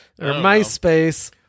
MySpace